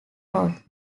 road